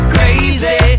Crazy